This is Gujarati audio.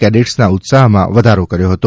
કેડેટસના ઉત્સાહમાં વધારો કર્યો હતો